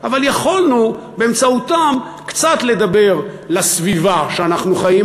יכולנו באמצעותם קצת לדבר לסביבה שאנחנו חיים